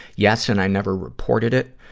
yes, and i never reported it.